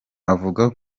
avuga